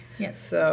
Yes